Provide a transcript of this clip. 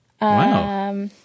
Wow